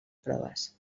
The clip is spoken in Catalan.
proves